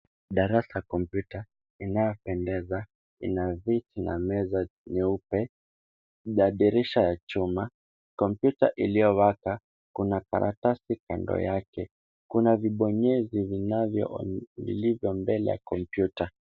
Darasa la kompyuta inayopendeza. Ina viti na meza nyeupe na dirisha ya chuma, kompyuta iliyowaka. Kuna karatasi kando yake. Kuna vibonyezi vilivyo mbele ya kompyuta.